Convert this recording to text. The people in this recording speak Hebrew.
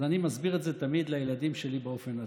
אז אני מסביר את זה תמיד לילדים שלי באופן הזה.